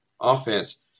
offense